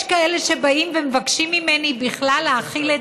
יש כאלה שבאים ומבקשים ממני בכלל להחיל את